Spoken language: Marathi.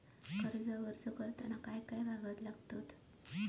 कर्जाक अर्ज करताना काय काय कागद लागतत?